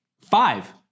five